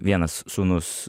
vienas sūnus